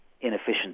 inefficient